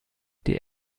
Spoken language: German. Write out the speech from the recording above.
die